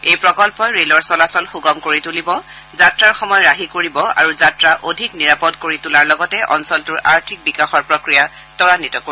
এই প্ৰকল্পই ৰেলৰ চলাচল সুগম কৰি তূলিব যাত্ৰাৰ সময় ৰাহি কৰিব আৰু যাত্ৰা অধিক নিৰাপদ কৰি তোলাৰ লগতে অঞ্চলটোৰ আৰ্থিক বিকাশৰ প্ৰক্ৰিয়া ত্বৰান্বিত কৰিব